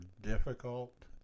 difficult